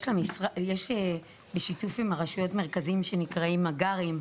יש בשיתוף עם הרשויות מרכזים שנקראים מג״רים,